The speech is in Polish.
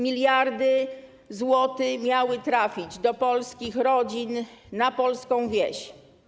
Miliardy złotych miały trafić do polskich rodzin, na polską wieś.